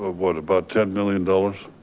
ah what about ten million dollars?